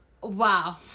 Wow